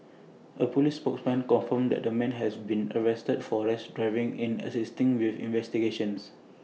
A Police spokesman confirmed that A man has been arrested for rash driving in assisting with investigations